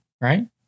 right